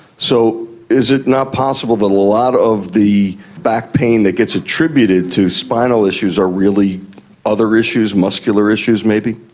so is it not possible that a lot of the back pain that gets attributed to spinal issues are really other issues, muscular issues maybe?